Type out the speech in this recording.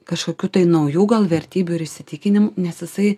kažkokių tai naujų gal vertybių ir įsitikinimų nes jisai